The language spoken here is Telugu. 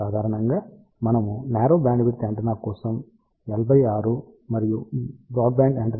సాధారణంగా మనము న్యారో బ్యాండ్విడ్త్ యాంటెన్నా కోసం L6 మరియు బ్రాడ్బ్యాండ్ యాంటెన్నా కోసం L4 ను ఎంచుకుంటాము